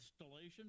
installation